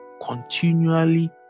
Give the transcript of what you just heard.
continually